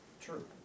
True